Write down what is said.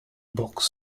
box